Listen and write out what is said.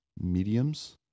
mediums